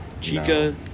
Chica